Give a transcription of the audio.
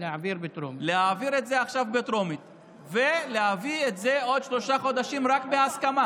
להעביר את זה עכשיו בטרומית ולהביא את זה בעוד שלושה חודשים רק בהסכמה,